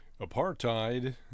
Apartheid